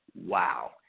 wow